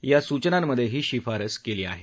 या सूचनांमध्ये ही शिफारस केली आहे